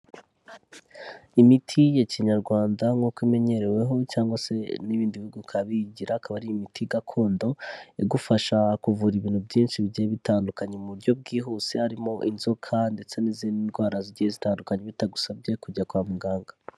Imiti ya kinyarwanda nk'uko imenyereweho cyangwa se n'ibindi bihugu bikaba biyigira, akaba ari imiti gakondo, igufasha kuvura ibintu byinshi bigiye bitandukanye mu buryo bwihuse, harimo inzoka ndetse n'izindi ndwara zigiye zitandukanye, bitagusabye kujya kwa muganga.